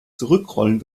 zurückrollen